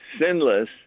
sinless